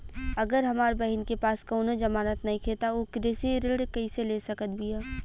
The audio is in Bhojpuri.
अगर हमार बहिन के पास कउनों जमानत नइखें त उ कृषि ऋण कइसे ले सकत बिया?